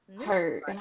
Hurt